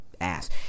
ass